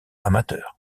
amateurs